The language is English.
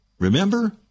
Remember